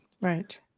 Right